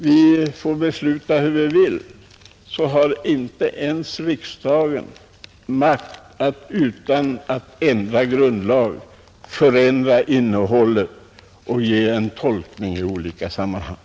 Vi får besluta hur vi vill, men inte ens riksdagen har makt att utan att ändra grundlagen förändra innehållet och ge en tolkning i olika sammanhang.